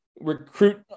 recruit